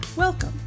Welcome